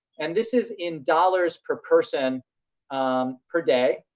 and this is in dollars per person um per day,